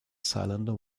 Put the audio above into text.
cylinder